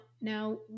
now